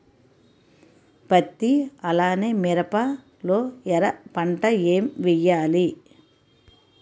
పత్తి అలానే మిరప లో ఎర పంట ఏం వేయాలి?